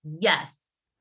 yes